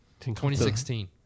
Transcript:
2016